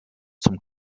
zum